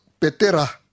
petera